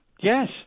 Yes